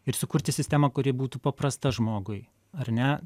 ir sukurti sistemą kuri būtų paprasta žmogui ar ne